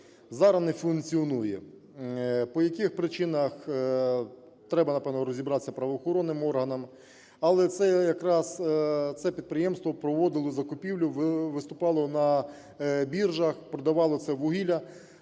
зараз не функціонує. По яких причинах – треба, напевно, розібратися правоохоронним органам. Але це якраз це підприємство проводило закупівлю, виступало на біржах, продавало це вугілля.